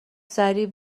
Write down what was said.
سریع